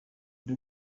nde